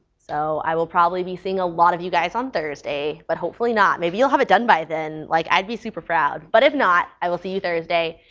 so i will probably be seeing a lot of you guys on thursday, but hopefully not. maybe you'll have it done by then. like i'd be super proud. but if not, i will see you thursday.